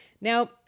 Now